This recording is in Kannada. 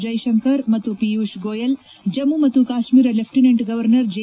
ಜೈ ಶಂಕರ್ ಮತ್ತು ಪಿಯೂಷ್ ಗೋಯಲ್ ಜಮ್ಮು ಮತ್ತು ಕಾಶ್ಮೀರ ಲೆಫ್ಟಿನೆಂಟ್ ಗವರ್ನರ್ ಜಿ